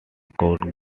court